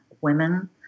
women